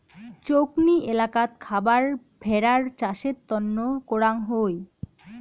চৌকনি এলাকাত খাবার ভেড়ার চাষের তন্ন করাং হই